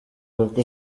kuko